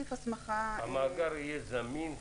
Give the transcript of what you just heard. המאגר יהיה זמין?